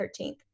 13th